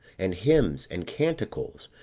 and hymns, and canticles,